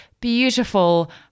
beautiful